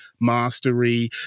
mastery